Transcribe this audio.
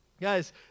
Guys